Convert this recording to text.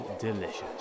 delicious